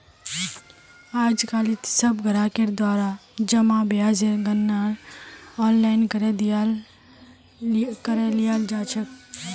आजकालित सब ग्राहकेर द्वारा जमा ब्याजेर गणनार आनलाइन करे लियाल जा छेक